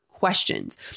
questions